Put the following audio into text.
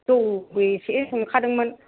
दं एसे संखादोंमोन